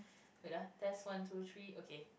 wait ah test one two three okay